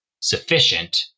sufficient